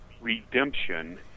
redemption